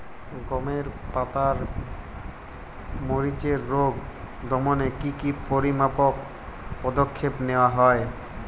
গমের পাতার মরিচের রোগ দমনে কি কি পরিমাপক পদক্ষেপ নেওয়া হয়?